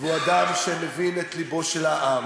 והוא אדם שמבין את לבו של העם,